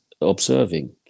observing